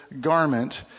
garment